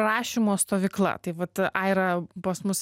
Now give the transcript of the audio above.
rašymo stovykla tai vat aira pas mus